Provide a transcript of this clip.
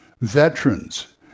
veterans